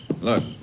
Look